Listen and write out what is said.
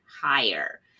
higher